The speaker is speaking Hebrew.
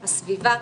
הסביבה.